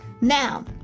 now